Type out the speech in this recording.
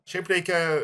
šiaip reikia